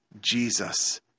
Jesus